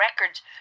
records